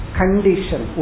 condition